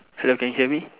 hello can you hear me